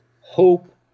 hope